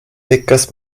pekas